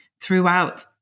throughout